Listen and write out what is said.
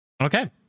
Okay